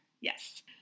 Yes